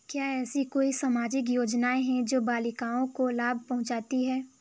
क्या ऐसी कोई सामाजिक योजनाएँ हैं जो बालिकाओं को लाभ पहुँचाती हैं?